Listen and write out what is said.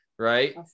right